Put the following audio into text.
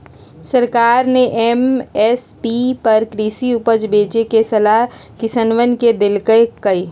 सरकार ने एम.एस.पी पर कृषि उपज बेचे के सलाह किसनवन के देल कई